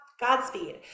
godspeed